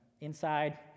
inside